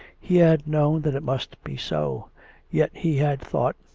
he had known that it must be so yet he had thought,